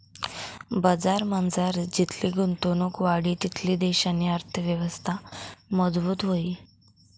बजारमझार जितली गुंतवणुक वाढी तितली देशनी अर्थयवस्था मजबूत व्हयी